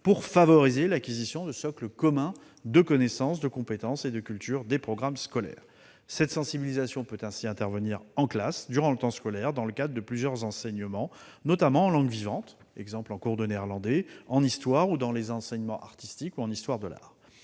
pour favoriser l'acquisition du socle commun de connaissances, de compétences et de culture et des programmes scolaires. » Cette sensibilisation peut intervenir en classe, durant le temps scolaire, dans le cadre de plusieurs enseignements, notamment de langues vivantes, par exemple en cours de néerlandais, d'histoire, d'enseignement artistique ou d'histoire de l'art.